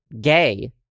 gay